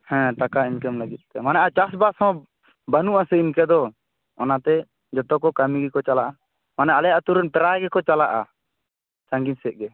ᱦᱮᱸ ᱴᱟᱠᱟ ᱤᱱᱠᱟᱢ ᱞᱟᱹᱜᱤᱫᱛᱮ ᱢᱟᱱᱮ ᱪᱟᱥᱵᱟᱥ ᱦᱚᱸ ᱵᱟᱹᱱᱩᱜ ᱟᱥᱮ ᱤᱱᱠᱟᱹ ᱫᱚ ᱚᱱᱟᱛᱮ ᱡᱚᱛᱚ ᱠᱚ ᱠᱟᱹᱢᱤ ᱜᱮᱠᱚ ᱪᱟᱞᱟᱜᱼᱟ ᱢᱟᱱᱮ ᱟᱞᱮ ᱟᱛᱩ ᱨᱮᱱ ᱯᱮᱨᱟᱭ ᱜᱮᱠᱚ ᱪᱟᱞᱟᱜᱼᱟ ᱥᱟᱺᱜᱤᱧ ᱥᱮᱡ ᱜᱮ